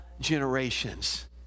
generations